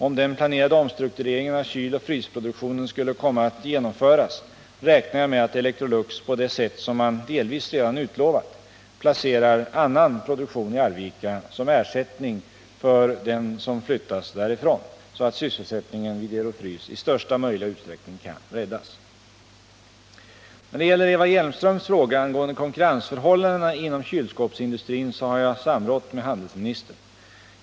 Om den planerade omstruktureringen av kyloch frysproduktionen skulle komma att genomföras räknar jag med att Electrolux, på det sätt som man delvis redan utlovat, placerar annan produktion i Arvika som ersättning för den som flyttas därifrån, så att sysselsättningen vid Ero-Frys i största möjliga utsträckning kan räddas. När det gäller Eva Hjelmströms fråga angående konkurrensförhållandena inom kylskåpsindustrin har jag samrått med handelsministern.